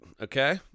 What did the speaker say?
okay